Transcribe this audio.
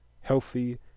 healthy